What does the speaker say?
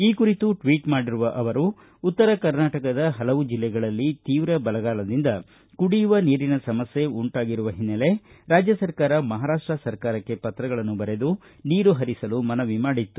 ಈ ಕುರಿತು ಟ್ವೀಟ್ ಮಾಡಿರುವ ಅವರು ಉತ್ತರ ಕರ್ನಾಟಕದ ಹಲವು ಜಿಲ್ಲೆಗಳಲ್ಲಿ ತೀವ್ರ ಬರಗಾಲದಿಂದಕುಡಿಯುವ ನೀರಿನ ಸಮಸ್ಥೆ ಉಂಟಾಗಿರುವ ಹಿನ್ನೆಲೆ ರಾಜ್ಯ ಸರ್ಕಾರ ಮಹಾರಾಷ್ಷ ಸರ್ಕಾರಕ್ಷೆ ಪತ್ರಗಳನ್ನು ಬರೆದು ನೀರು ಹರಿಸಲು ಮನವಿ ಮಾಡಿತ್ತು